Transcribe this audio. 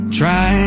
try